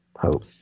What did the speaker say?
hope